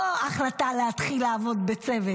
לא החלטה להתחיל לעבוד בצוות.